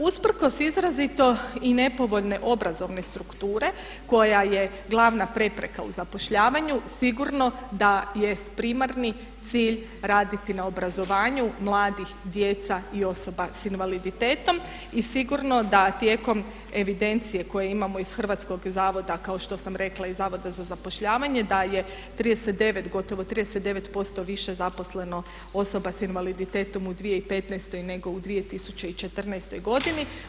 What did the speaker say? Usprkos izrazito i nepovoljne obrazovne strukture koje je glavna prepreka u zapošljavanju sigurno da jest primarni cilj raditi na obrazovanju mladih, djece i osoba s invaliditetom i sigurno da tijekom evidencije koju imao iz hrvatskog zavoda kao što sam rekla iz zavoda za zapošljavanje da je gotovo 39% više zaposleno osoba s invaliditetom u 2015. nego u 2014. godini.